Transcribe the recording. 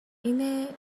اینه